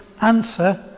answer